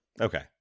Okay